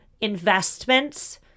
investments